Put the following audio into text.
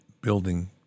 building